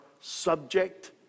subject